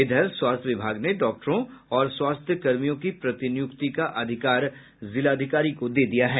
इधर स्वास्थ्य विभाग ने डॉक्टरों और स्वास्थ्यकर्मियों की प्रतिनियुक्ति का अधिकार जिलाधिकारी को दे दिया है